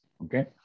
Okay